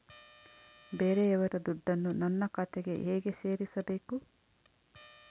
ಬೇರೆಯವರ ದುಡ್ಡನ್ನು ನನ್ನ ಖಾತೆಗೆ ಹೇಗೆ ಸೇರಿಸಬೇಕು?